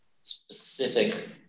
specific